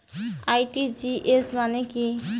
RTGS মানে কি?